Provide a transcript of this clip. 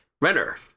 Renner